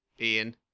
ian